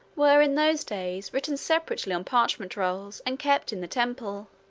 were, in those days, written separately on parchment rolls, and kept in the temple.